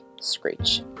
Screech